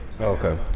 Okay